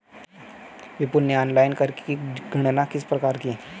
विपुल ने ऑनलाइन कर की गणना किस प्रकार की?